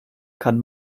kann